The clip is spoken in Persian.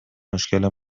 مشکل